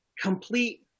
complete